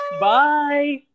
Bye